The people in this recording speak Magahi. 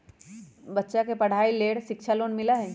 बच्चा के पढ़ाई के लेर शिक्षा लोन मिलहई?